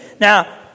Now